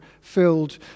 filled